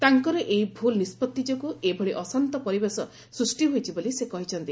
ତାଙ୍କର ଏହି ଭୁଲ୍ ନିଷ୍କଭି ଯୋଗୁଁ ଏଭଳି ଅଶାନ୍ତ ପରିବେଶ ସୃଷ୍ଟି ହୋଇଛି ବୋଲି ସେ କହିଚ୍ଛନ୍ତି